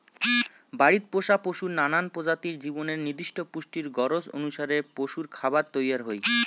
বাড়িত পোষা পশুর নানান প্রজাতির জীবনের নির্দিষ্ট পুষ্টির গরোজ অনুসারে পশুরখাবার তৈয়ার হই